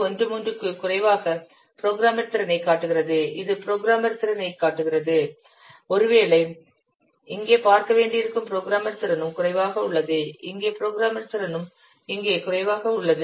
13 குறைவாக புரோகிராமர் திறனைக் காட்டுகிறது இது புரோகிராமர் திறனைக் காட்டுகிறது ஒருவேளை இங்கே பார்க்க வேண்டியிருக்கும் புரோகிராமர் திறனும் குறைவாக உள்ளது இங்கே புரோகிராமர் திறனும் இங்கே குறைவாக உள்ளது